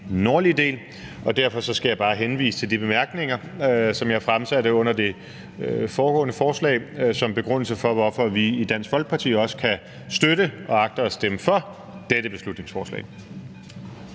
nordlige del. Derfor skal jeg bare henvise til de bemærkninger, som jeg fremsatte under det foregående forslag, som begrundelse for, hvorfor vi i Dansk Folkeparti også kan støtte og agter at stemme for dette beslutningsforslag.